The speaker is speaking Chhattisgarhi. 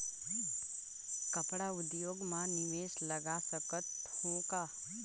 कपड़ा उद्योग म निवेश लगा सकत हो का?